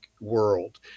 world